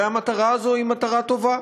הרי המטרה הזאת היא מטרה טובה,